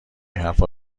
حرفا